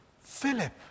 Philip